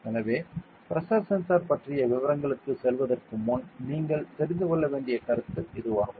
எனவே pressure sensor பற்றிய விவரங்களுக்குச் செல்வதற்கு முன் நீங்கள் தெரிந்து கொள்ள வேண்டிய கருத்து இதுவாகும்